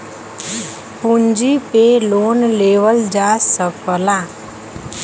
पूँजी पे लोन लेवल जा सकला